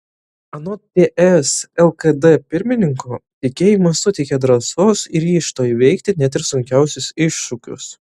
anot ts lkd pirmininko tikėjimas suteikia drąsos ir ryžto įveikti net ir sunkiausius iššūkius